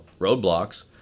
roadblocks